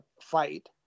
fight